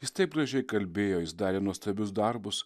jis taip gražiai kalbėjo jis darė nuostabius darbus